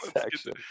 section